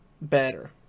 better